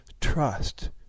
trust